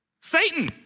Satan